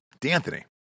d'anthony